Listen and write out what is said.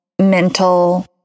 mental